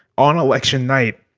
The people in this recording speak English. on election night.